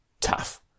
tough